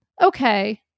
okay